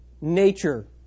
Nature